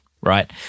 right